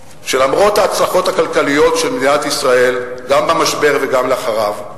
היא שלמרות ההצלחות הכלכליות של מדינת ישראל גם במשבר וגם לאחריו,